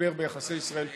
המשבר ביחסי ישראל פולין,